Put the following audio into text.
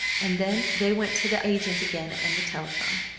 and then they went to the agent again and the telephone.